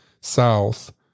south